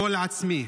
גול עצמי,